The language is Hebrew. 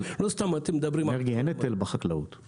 לא סתם אתם מדברים --- שר החקלאות ופיתוח הכפר עודד